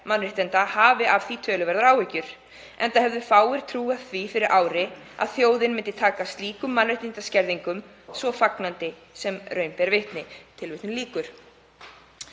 mannréttinda hafi af því töluverðar áhyggjur, enda hefðu fáir trúað því fyrir ári að þjóðin myndi taka slíkum mannréttindaskerðingum svo fagnandi sem raun ber vitni.“ En tölum